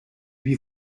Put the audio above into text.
lui